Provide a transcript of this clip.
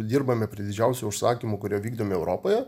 dirbame prie didžiausių užsakymų kurie vykdomi europoje